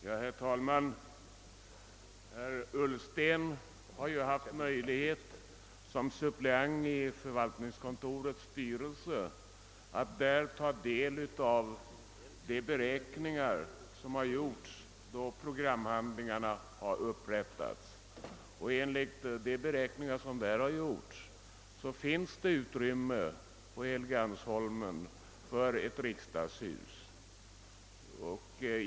Herr talman! Herr Ullsten har ju haft möjlighet att som suppleant i förvaltningskontorets styrelse ta del av de beräkningar som gjorts då programhandlingarna upprättades. Enligt dessa beräkningar finns det på Helgeandsholmen utrymme för ett riksdagshus.